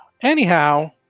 Anyhow